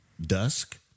dusk